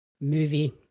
movie